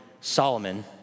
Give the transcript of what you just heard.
Solomon